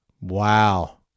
Wow